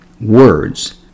words